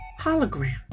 hologram